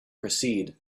proceed